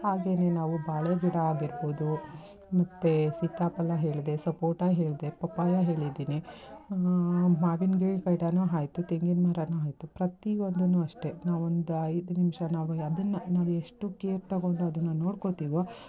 ಹಾಗೆಯೇ ನಾವು ಬಾಳೇಗಿಡ ಆಗಿರ್ಬೋದು ಮತ್ತೇ ಸೀತಾಫಲ ಹೇಳದೆ ಸಪೋಟ ಹೇಳದೆ ಪಪ್ಪಾಯ ಹೇಳಿದ್ದೀನಿ ಮಾವಿನ ಕಾಯಿ ಗಿಡನೂ ಆಯ್ತು ತೆಂಗಿನ ಮರನೂ ಆಯಿತು ಪ್ರತಿಯೊಂದನ್ನು ಅಷ್ಟೆ ನಾವೊಂದು ಐದು ನಿಮಿಷ ನಾವು ಅದನ್ನು ನಾವೆಷ್ಟು ಕೇರ್ ತಗೊಂಡು ಅದನ್ನು ನೋಡ್ಕೊಳ್ತೀವೊ